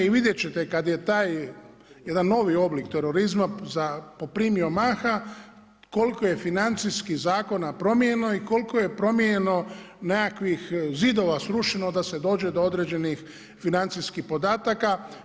I vidjeti ćete kada je taj jedan novi oblik terorizma poprimio maha koliko je financijskih zakona promijenjeno i koliko je promijenjeno, nekakvih zidova srušeno da se dođe do određenih financijskih podataka.